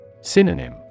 Synonym